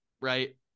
Right